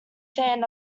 fan